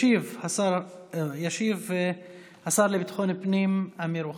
ישיב, השר לביטחון פנים, אמיר אוחנה.